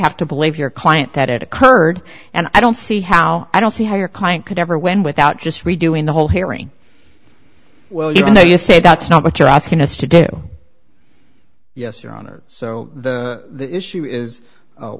have to believe your client that it occurred and i don't see how i don't see how your client could ever win without just redoing the whole hearing well you know you say that's not what you're asking us to do yes your honor so the issue is